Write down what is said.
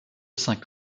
cinq